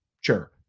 sure